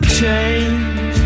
change